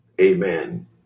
Amen